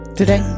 Today